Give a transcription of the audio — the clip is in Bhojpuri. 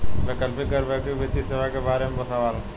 वैकल्पिक गैर बैकिंग वित्तीय सेवा के बार में सवाल?